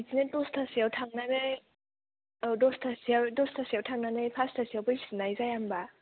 बिदिनो दसथासोआव थांनानै औ दसथासोआव दसथासोआव थांनानै फासथासोआव फैफिननाय जाया होनबा